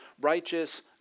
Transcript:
righteous